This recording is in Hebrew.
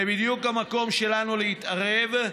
זה בדיוק המקום שלנו להתערב,